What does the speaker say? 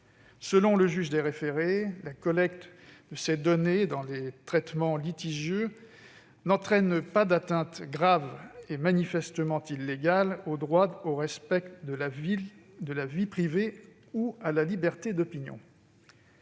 Selon le juge des référés, la collecte de ces données dans les traitements litigieux n'entraîne pas d'atteinte grave et manifestement illégale au droit au respect de la vie privée ou à la liberté d'opinion.